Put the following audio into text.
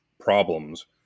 problems